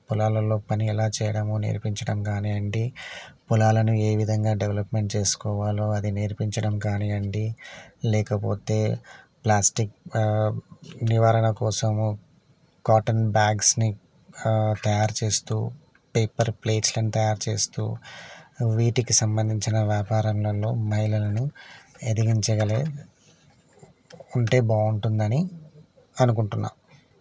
పొలాలల్లో పని ఎలా చేయడమో నేర్పించడం కానీయండి పొలాలను ఏ విధంగా డెవలప్మెంట్ చేసుకోవాలో అది నేర్పించడం కానీయండి లేకపోతే ప్లాస్టిక్ నివారణ కోసము కాటన్ బ్యాగ్స్ని తయారు చేస్తూ పేపర్ ప్లేట్స్లను తయారు చేస్తూ వీటికి సంబంధించిన వ్యాపారంలల్లో మహిళలను ఎదిగించగలే ఉంటే బాగుంటుందని అనుకుంటున్నా